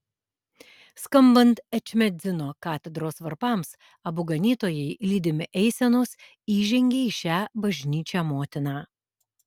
skambant ečmiadzino katedros varpams abu ganytojai lydimi eisenos įžengė į šią bažnyčią motiną